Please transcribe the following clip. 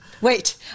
wait